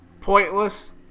pointless